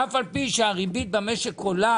אף על פי שהריבית במשק עולה